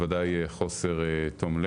אלא כי אני חושב שאולי לא השמיעו את זה.